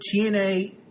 TNA